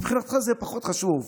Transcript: מבחינתך זה פחות חשוב,